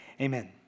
Amen